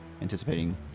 anticipating